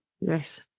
Yes